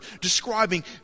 describing